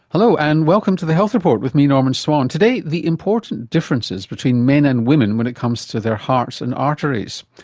hello and welcome to the health report with me, norman swan. the important differences between men and women when it comes to their hearts and arteries.